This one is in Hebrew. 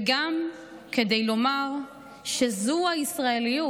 וגם כדי לומר שזו הישראליות.